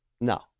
no